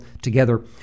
together